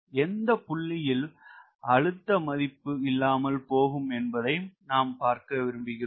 எந்த புள்ளியில் அழுத்த மதிப்பு இல்லாமல் போகும் என்பதை நாம் பார்க்க விரும்புகிறோம்